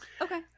Okay